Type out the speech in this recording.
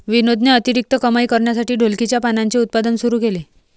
विनोदने अतिरिक्त कमाई करण्यासाठी ढोलकीच्या पानांचे उत्पादन सुरू केले